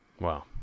Wow